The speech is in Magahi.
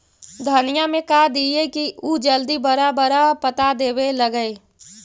धनिया में का दियै कि उ जल्दी बड़ा बड़ा पता देवे लगै?